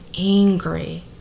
angry